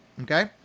okay